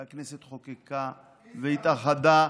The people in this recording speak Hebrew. והכנסת חוקקה והתאחדה.